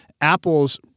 Apple's